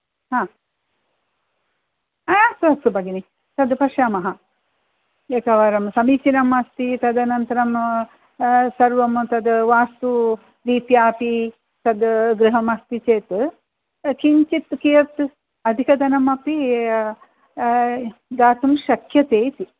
हा अस्तु अस्तु भगिनी तद् पश्यामः एकवारं समीचीनम् अस्ति तदनन्तरं सर्वं तद् वास्तुरित्या अपि तद् गृहम् अस्ति चेत् किञ्चित् कीयत् अधिकधनम् अपि दातुं शक्यते इति